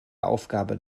aufgabe